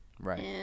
Right